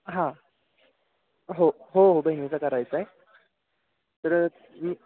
हां हो हो हो बहिणीचा करायचा आहे तर